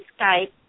Skype